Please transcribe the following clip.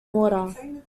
water